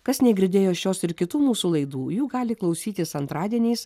kas negirdėjo šios ir kitų mūsų laidų jų gali klausytis antradieniais